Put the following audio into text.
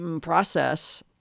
process